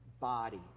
body